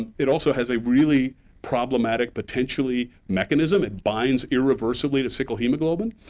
ah it also has a really problematic, potentially, mechanism. it binds irreversibly to sickle hemoglobin.